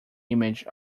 image